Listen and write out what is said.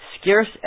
scarce